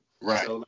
Right